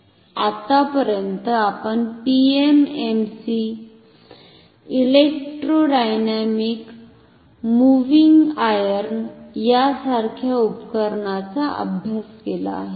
आतापर्यंत आपण PMMC electrodynamic moving iron सारख्या उपकरणांचा अभ्यास केला आहे